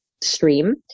stream